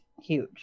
huge